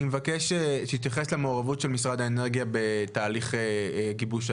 אני מבקש שתתייחס למעורבות של משרד האנרגיה בתהליך גיבוש ההסכם.